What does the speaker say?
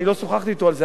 אני לא שוחחתי אתו על זה,